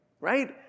right